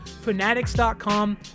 fanatics.com